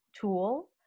tool